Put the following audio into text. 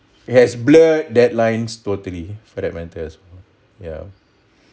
it has blur that lines totally for that matters ya